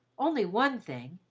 only one thing,